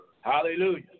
Hallelujah